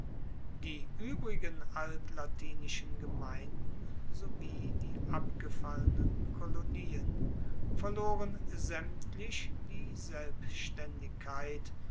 die uebrigen altlatinischen gemeinden sowie die abgefallenen kolonien verloren saemtlich die selbstaendigkeit